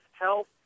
health